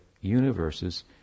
universes